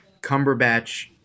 Cumberbatch